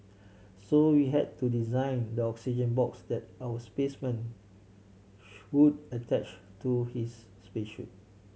so we had to design the oxygen box that our spaceman would attach to his space suit